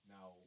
Now